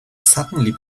suddenly